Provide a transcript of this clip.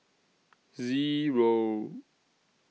Zero